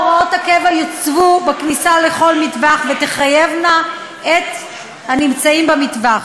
הוראות הקבע יוצבו בכניסה לכל מטווח ויחייבו את הנמצאים במטווח.